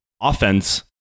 Offense